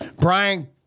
Brian